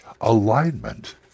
alignment